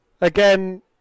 again